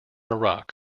iraq